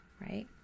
right